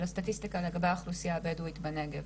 הסטטיסטיקה לגבי האוכלוסייה הבדואית בנגב,